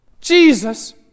Jesus